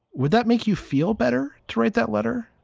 would that make you feel better to write that letter?